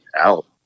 out